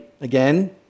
again